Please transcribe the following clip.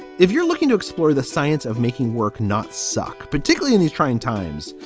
if you're looking to explore the science of making work, not suck, particularly in these trying times,